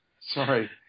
Sorry